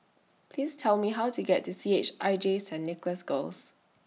Please Tell Me How to get to C H I J Saint Nicholas Girls